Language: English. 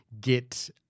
get